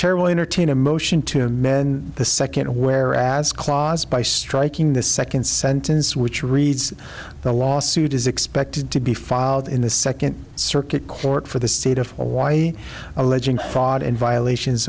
will entertain a motion to men the second whereas clause by striking the second sentence which reads the lawsuit is expected to be filed in the second circuit court for the state of hawaii alleging fraud and violations